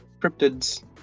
cryptids